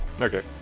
Okay